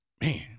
Man